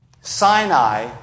Sinai